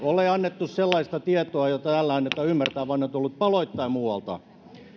ole annettu sellaista tietoa kuin täällä annetaan ymmärtää vaan ne ovat tulleet paloittain muualta